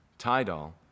Tidal